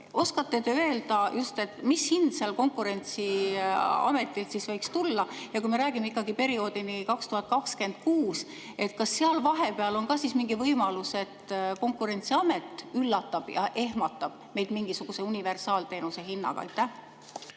Oskate te öelda, mis hind sealt Konkurentsiametist siis võiks tulla? Kui me räägime ikkagi perioodist kuni 2026, siis kas seal vahepeal on ka mingi võimalus, et Konkurentsiamet üllatab ja ehmatab meid mingisuguse universaalteenuse hinnaga?